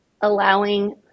allowing